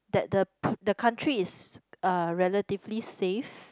that the the country is uh relatively safe